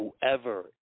whoever